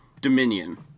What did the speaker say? Dominion